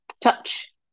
touch